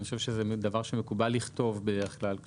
אני חושב שבדרך כלל זה דבר שמקובל לכתוב כאשר